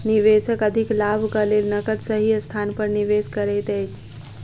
निवेशक अधिक लाभक लेल नकद सही स्थान पर निवेश करैत अछि